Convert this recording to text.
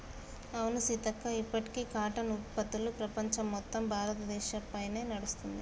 అవును సీతక్క ఇప్పటికీ కాటన్ ఉత్పత్తులు ప్రపంచం మొత్తం భారతదేశ పైనే నడుస్తుంది